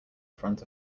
front